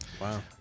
Wow